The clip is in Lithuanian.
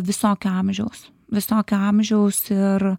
visokio amžiaus visokio amžiaus ir